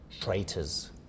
Traitors